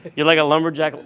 you're like a lumberjack,